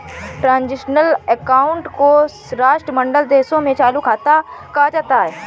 transitional account को राष्ट्रमंडल देशों में चालू खाता कहा जाता है